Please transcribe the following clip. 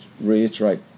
reiterate